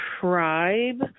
tribe